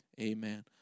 amen